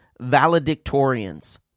valedictorians